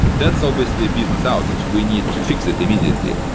that's obviously a business outage. we need to fix it immediately.